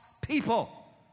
people